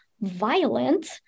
violent